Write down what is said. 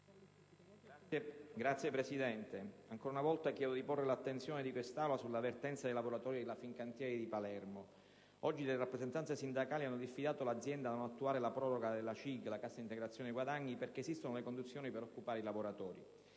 Signor Presidente, ancora una volta chiedo di porre all'attenzione di quest'Assemblea la vertenza dei lavoratori della Fincantieri di Palermo. Oggi le rappresentanze sindacali hanno diffidato l'azienda a non attuare la proroga della cassa integrazione guadagni (CIG) perché esistono le condizioni per occupare i lavoratori.